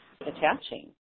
attaching